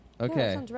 Okay